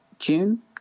June